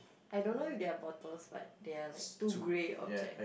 I don't know if they are bottles but they are like two grey objects